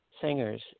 singers